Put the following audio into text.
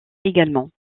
également